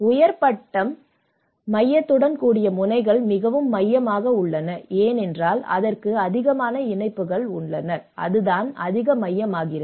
உயர் பட்டம் மையத்துடன் கூடிய முனைகள் மிகவும் மையமாக உள்ளன ஏனென்றால் அதற்கு அதிகமான இணைப்புகள் உள்ளன அதுதான் அதிக மையமாகிறது